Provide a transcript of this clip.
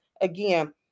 again